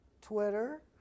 Twitter